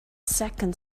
second